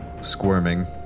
squirming